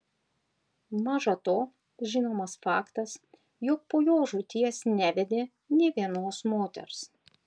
maža to žinomas faktas jog po jos žūties nevedė nė vienos moters